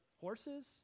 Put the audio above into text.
horses